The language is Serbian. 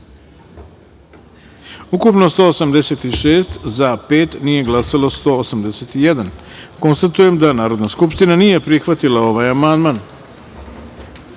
ukupno – 186, za – pet, nije glasao – 181.Konstatujem da Narodna skupština nije prihvatila ovaj amandman. Na